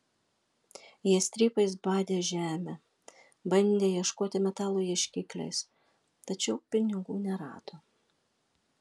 jie strypais badė žemę bandė ieškoti metalo ieškikliais tačiau pinigų nerado